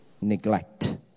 neglect